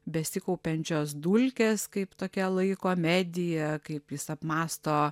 besikaupiančios dulkės kaip tokia laiko medija kaip jis apmąsto